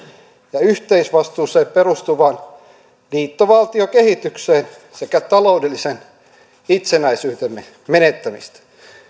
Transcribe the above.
ja yhteisvastuuseen perustuvaan liittovaltiokehitykseen sekä taloudellisen itsenäisyytemme menettämistä